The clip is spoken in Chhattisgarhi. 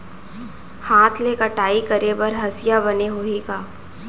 हाथ ले कटाई करे बर हसिया बने होही का?